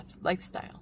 lifestyle